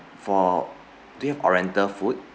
for do you have oriental food